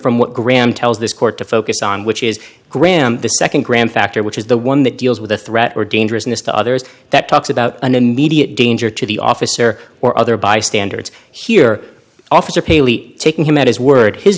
from what graham tells this court to focus on which is graham the nd grand factor which is the one that deals with a threat or dangerousness to others that talks about an immediate danger to the officer or other by standards here officer paley taking him at his word his